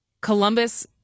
Columbus